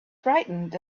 frightened